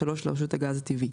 (3)לרשות הגז הטבעי.